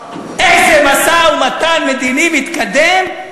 איזה משא-ומתן מדיני מתקדם?